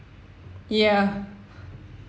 ya